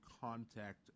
contact